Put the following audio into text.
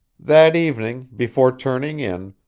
that evening, before turning in,